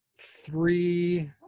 three